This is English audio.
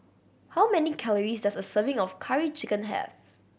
how many calories does a serving of Curry Chicken have